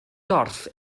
gorff